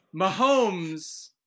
Mahomes